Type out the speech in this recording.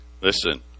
Listen